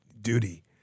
duty